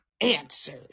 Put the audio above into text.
answered